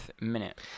minute